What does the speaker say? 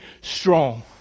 strong